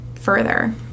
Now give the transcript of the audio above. further